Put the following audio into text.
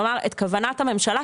כלומר את כוונת הממשלה,